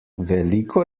veliko